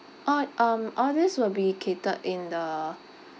all um all these will be catered in the